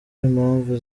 impamvu